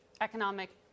economic